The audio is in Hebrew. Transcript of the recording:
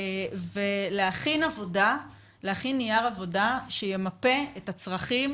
ולהכין נייר עבודה שימפה את הצרכים